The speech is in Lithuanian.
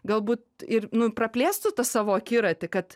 galbūt ir praplėstų savo akiratį kad